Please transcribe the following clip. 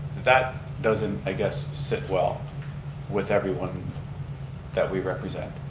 that doesn't i guess sit well with everyone that we represent.